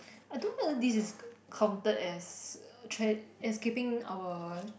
I don't know whether this is counted as uh tra~ keeping our